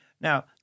Now